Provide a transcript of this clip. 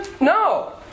No